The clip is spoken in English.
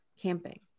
camping